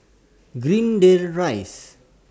Greendale Rise